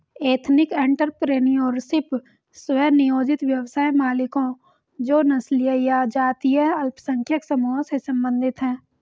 ethnic entrepreneurship, स्व नियोजित व्यवसाय मालिकों जो नस्लीय या जातीय अल्पसंख्यक समूहों से संबंधित हैं